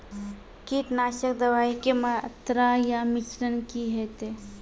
कीटनासक दवाई के मात्रा या मिश्रण की हेते?